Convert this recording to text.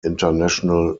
international